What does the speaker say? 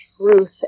truth